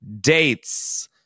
dates